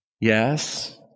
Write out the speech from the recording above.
Yes